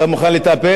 לא זה הנושא.